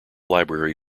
library